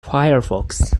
firefox